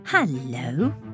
Hello